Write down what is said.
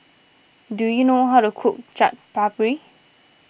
do you know how to cook Chaat Papri